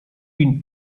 been